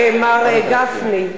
מר גפני.